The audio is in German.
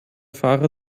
fahrer